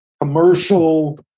commercial